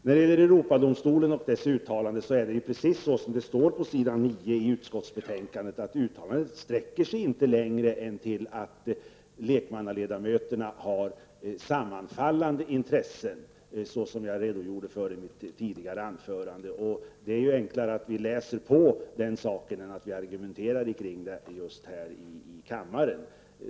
När det gäller Europadomstolens uttalande är det precis så som det står på s. 9 i utskottsbetänkandet och som jag citerade, nämligen att uttalandet inte sträcker sig längre än till att lekmannaledamöterna har sammanfallande intressen, såsom jag redogjorde för i mitt anförande. Det är ju enklare att vi läser på detta än att vi argumenterar här i kammaren.